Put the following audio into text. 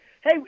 Hey